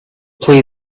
play